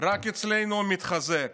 רק אצלנו הוא מתחזק.